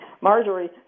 Marjorie